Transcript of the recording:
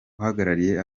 uhagarariye